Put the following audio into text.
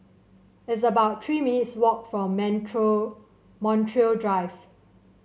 it's about Three minutes' walk for Montreal Drive